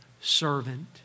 servant